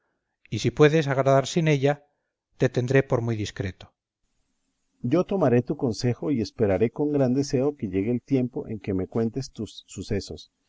y si puedes agradar sin ella te tendré por muy discreto berganza yo tomaré tu consejo y esperaré con gran deseo que llegue el tiempo en que me cuentes tus sucesos